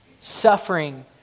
suffering